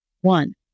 One